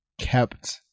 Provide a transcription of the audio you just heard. Kept